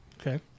Okay